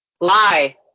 Lie